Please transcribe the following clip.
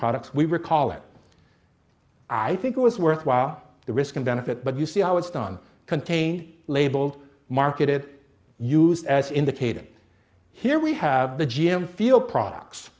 products we recall it i think it was worthwhile the risk benefit but you see how it's done contain labeled marketed use as indicated here we have the g m feel products